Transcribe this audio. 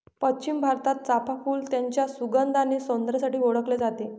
पश्चिम भारतात, चाफ़ा फूल त्याच्या सुगंध आणि सौंदर्यासाठी ओळखले जाते